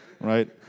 right